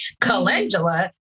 calendula